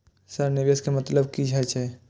Sir निवेश के मतलब की हे छे?